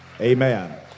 Amen